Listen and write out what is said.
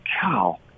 cow